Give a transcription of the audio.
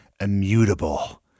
immutable